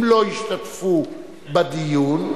אם לא ישתתפו בדיון,